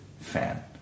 fan